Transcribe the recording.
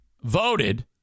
voted